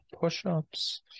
push-ups